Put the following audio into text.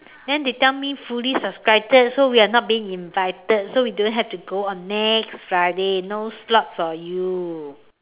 then they tell me fully subscribed so we are not being invited so we don't have to go on next Friday no slots for you